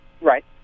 Right